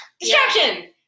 Distraction